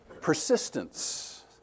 persistence